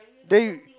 then you